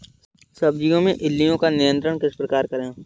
सब्जियों में इल्लियो का नियंत्रण किस प्रकार करें?